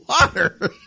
water